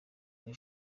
iri